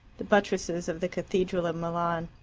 the buttresses of the cathedral of milan.